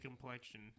complexion